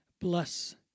bless